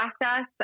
Process